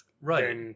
right